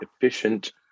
efficient